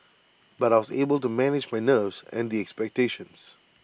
but I was able to manage my nerves and the expectations